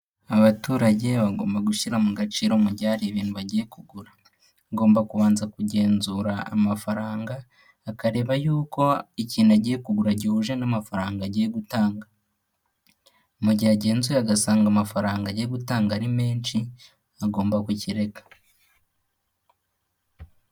Abaturage bagomba gushyira mu gaciro mu gihe hari ibintu bagiye kugura. Ngomba kubanza kugenzura amafaranga akareba yuko ikintu agiye kugura gihuje n'amafaranga agiye gutanga. Mu gihe agenzuye agasanga amafaranga agiye gutanga ari menshi agomba kukireka.